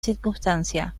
circunstancia